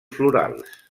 florals